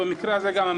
שלכם.